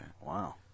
Wow